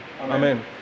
Amen